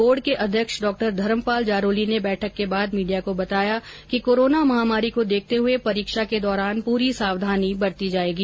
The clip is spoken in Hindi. बोर्ड के अध्यक्ष डॉ धर्मपाल जारोली ने बैठक के बाद मीडिया को बताया कि कोरोना महामारी को देखते हुए परीक्षा के दौरान पूरी सावधानी बरती जायेगी